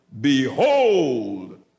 behold